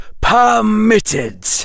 permitted